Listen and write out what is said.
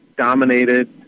dominated